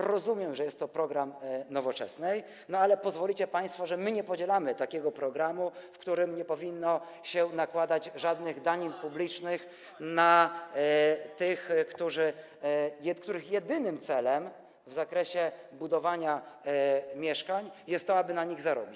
Rozumiem, że jest to program Nowoczesnej, ale pozwolicie państwo, że my tego nie będziemy podzielać, takiego programu, w którym nie powinno się nakładać żadnych danin publicznych na tych, których jedynym celem w zakresie budowania mieszkań jest to, aby na nich zarobić.